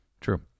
True